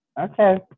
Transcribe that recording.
okay